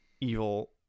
evil